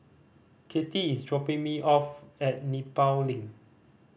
Cathy is dropping me off at Nepal Link